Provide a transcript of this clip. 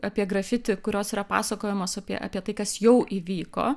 apie grafiti kurios yra pasakojimos apie apie tai kas jau įvyko